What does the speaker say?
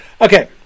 Okay